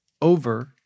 over